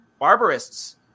barbarists